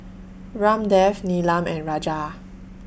Ramdev Neelam and Raja